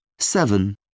Seven